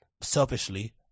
selfishly